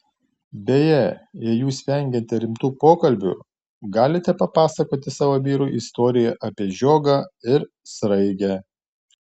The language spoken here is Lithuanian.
beje jei jūs vengiate rimtų pokalbių galite papasakoti savo vyrui istoriją apie žiogą ir sraigę